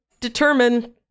determine